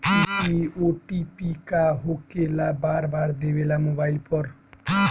इ ओ.टी.पी का होकेला बार बार देवेला मोबाइल पर?